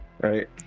Right